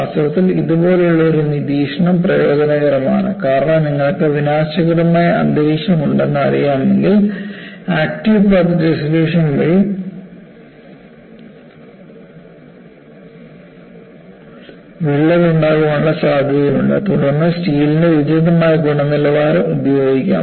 വാസ്തവത്തിൽ ഇതുപോലുള്ള ഒരു നിരീക്ഷണം പ്രയോജനകരമാണ് കാരണം നിങ്ങൾക്ക് വിനാശകരമായ അന്തരീക്ഷം ഉണ്ടെന്ന് അറിയാമെങ്കിൽ ആക്ടീവ് പാത്ത് ഡിസൊലൂഷൻ വഴി വിള്ളൽ ഉണ്ടാകാനുള്ള സാധ്യതയുണ്ട് തുടർന്ന് സ്റ്റീൽ ഇൻറെ ഉചിതമായ ഗുണനിലവാരം ഉപയോഗിക്കാം